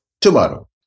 tomorrow